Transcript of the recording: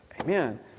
amen